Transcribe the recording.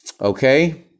Okay